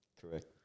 Correct